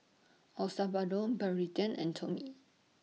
Osbaldo Braeden and Tommy